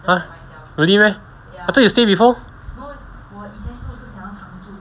!huh! really meh I thought you stay before